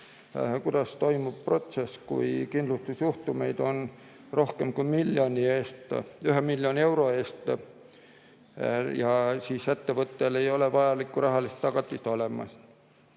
kuidas toimub protsess, kui kindlustusjuhtumeid on rohkem kui 1 miljoni euro eest ja ettevõttel ei ole vajalikku rahalist tagatist olemas.